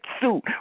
suit